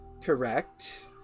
Correct